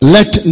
Let